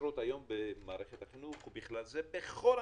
שחסרות היום במערכת החינוך, בכל המגזרים: